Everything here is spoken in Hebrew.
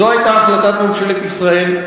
זו היתה החלטת ממשלת ישראל.